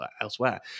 elsewhere